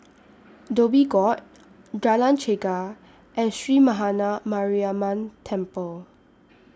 Dhoby Ghaut Jalan Chegar and Sree Maha Mariamman Temple